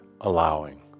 allowing